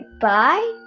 bye